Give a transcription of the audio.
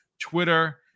Twitter